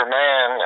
man